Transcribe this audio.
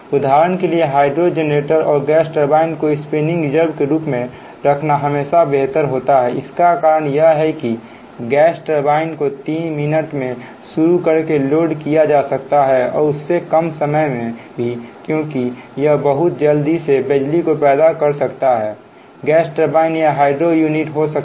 उदाहरण के लिएहाइड्रो जनरेटर और गैस टरबाइन को स्पिनिंग रिजर्व रूप में रखना हमेशा बेहतर होता है इसका कारण यह है कि गैस टरबाइन को 3 मिनट में शुरू करके लोड किया जा सकता है और उससे कम समय में भी क्योंकि यह बहुत जल्दी से बिजली पैदा कर सकता है गैस टरबाइन या हाइड्रो यूनिट हो सकता